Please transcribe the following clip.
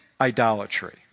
idolatry